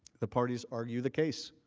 the parties argue the case.